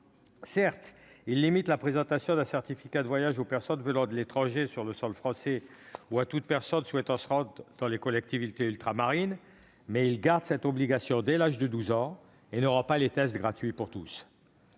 Certes, il limite la présentation d'un certificat de voyage aux personnes venant de l'étranger ou à toute personne souhaitant se rendre dans les collectivités ultramarines, mais il maintient cette obligation dès l'âge de 12 ans et ne rend pas les tests gratuits pour tous.